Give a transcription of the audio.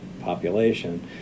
population